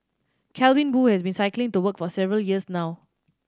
Calvin Boo has been cycling to work for several years now